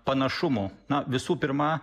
panašumų na visų pirma